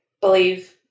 believe